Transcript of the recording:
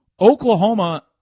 Oklahoma